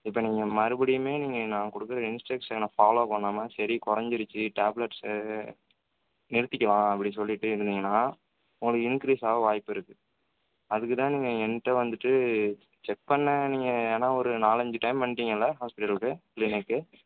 இப்போ நீங்கள் மறுபடியுமே நீங்கள் நான் கொடுக்கற இன்ஸ்டரஷனை ஃபாலோவ் பண்ணாமல் சரி குறஞ்சிடுச்சி டேப்லட்ஸு நிறுத்திக்கலாம் அப்படின்னு சொல்லிவிட்டு இருந்தீங்கன்னா உங்களுக்கு இன்க்ரீஸ் ஆவ வாய்ப்பிருக்கு அதற்குதான் நீங்கள் என்கிட்ட வந்துவிட்டு செக் பண்ண நீங்கள் ஏன்னா ஒரு நாலஞ்சு டைம் வந்துட்டீங்கல்ல ஹாஸ்ப்பிட்டலுக்கு கிளீனிக்கு